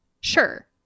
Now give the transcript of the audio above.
Sure